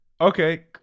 Okay